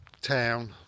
town